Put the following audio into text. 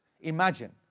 Imagine